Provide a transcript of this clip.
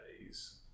days